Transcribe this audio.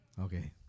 Okay